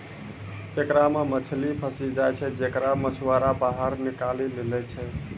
एकरा मे मछली फसी जाय छै जेकरा मछुआरा बाहर निकालि लै छै